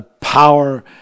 power